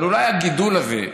אבל אולי הגידול הזה,